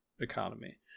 economy